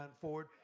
Ford